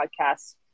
podcast